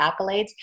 accolades